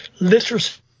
Literacy